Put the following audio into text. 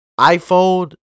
iPhone